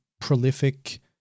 prolific